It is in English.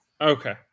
Okay